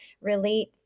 relate